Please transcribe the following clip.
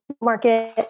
market